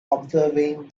observing